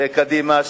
קדימה,